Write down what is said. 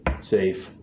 Safe